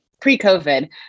pre-COVID